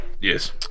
Yes